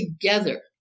together